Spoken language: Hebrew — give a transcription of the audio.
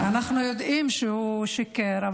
אנחנו יודעים שהוא שיקר.